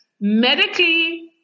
medically